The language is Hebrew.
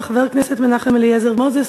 וחבר הכנסת מנחם אליעזר מוזס,